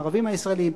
הערבים הישראלים,